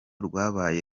rwabaye